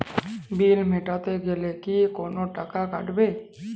বিল মেটাতে গেলে কি কোনো টাকা কাটাবে?